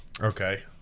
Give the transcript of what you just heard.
Okay